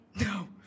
No